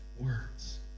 words